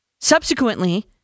Subsequently